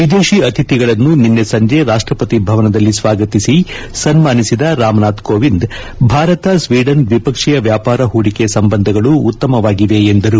ವಿದೇಶಿ ಅಥಿತಿಗಳನ್ನು ನಿನ್ನೆ ಸಂಜೆ ರಾಷ್ಟಪತಿ ಭವನದಲ್ಲಿ ಸ್ನಾಗತಿಸಿ ಸನ್ನಾನಿಸಿದ ರಾಮನಾಥ್ ಕೋನಿಂಡ್ ಭಾರತ ಸ್ನೀಡನ್ ದ್ವಿಪಕ್ಷೀಯ ವ್ಲಾಪಾರ ಹೂಡಿಕೆ ಸಂಬಂಧಗಳು ಉತ್ತಮವಾಗಿವೆ ಎಂದರು